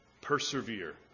Persevere